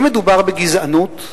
האם מדובר בגזענות?